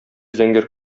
зәңгәр